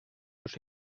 los